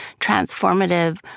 transformative